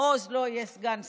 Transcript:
מעוז לא יהיה סגן שר,